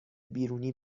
بیرونی